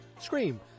Scream